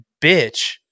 bitch